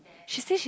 she said she